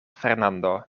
fernando